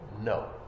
No